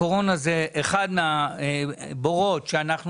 הקורונה זו דוגמה לאחד מהבורות שאנחנו